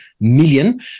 million